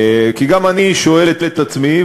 כי גם אני שואל את עצמי,